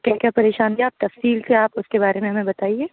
کیا کیا پریشانی ہے آپ تفصیل سے آپ اُس کے بارے میں ہمیں بتائیے